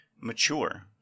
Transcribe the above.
mature